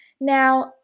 Now